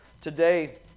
Today